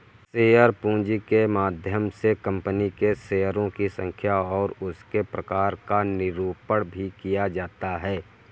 share पूंजी के माध्यम से कंपनी के शेयरों की संख्या और उसके प्रकार का निरूपण भी किया जाता है